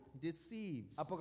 deceives